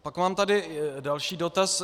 Pak mám tady další dotaz.